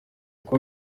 kuba